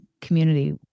community